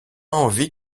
envie